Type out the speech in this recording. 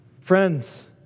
friends